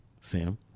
Sam